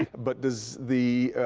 but does the